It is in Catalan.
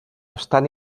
estan